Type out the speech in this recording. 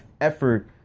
effort